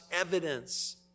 evidence